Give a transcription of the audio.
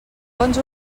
bons